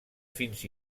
fins